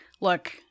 look-